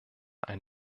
ein